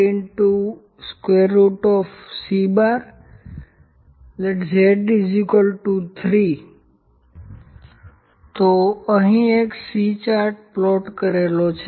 L C zC Let z 3 તો અહીં એક C ચાર્ટ પ્લોટ કરેલો છે